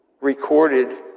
recorded